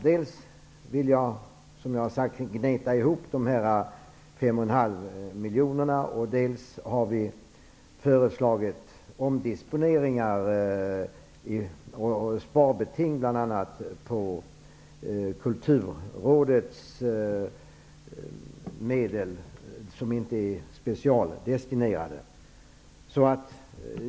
Dels vill jag gneta ihop de 5,5 miljonerna, dels har vi föreslagit omdisponeringar och sparbeting när det gäller de av Kulturrådets medel som inte är specialdestinerade.